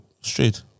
Straight